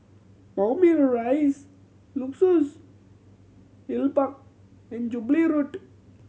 Moulmein Rise Luxus Hill Park and Jubilee Road